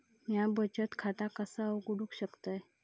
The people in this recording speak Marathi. म्या बचत खाता कसा उघडू शकतय?